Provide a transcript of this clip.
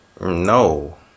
No